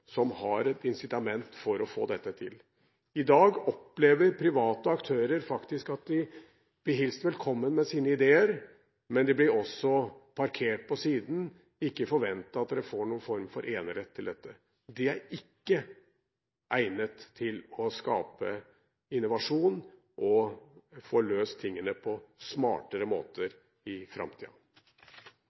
som har et incitament for å få dette til. I dag opplever private aktører faktisk at de blir hilst velkomne med sine ideer, men de blir også parkert på siden: ikke forvent at dere får noen form for enerett til dette. Det er ikke egnet til å skape innovasjon og få løst tingene på smartere måter i